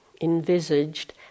envisaged